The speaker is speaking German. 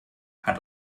hat